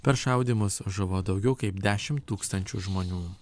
per šaudymus žuvo daugiau kaip dešim tūkstančių žmonių